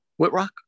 Whitrock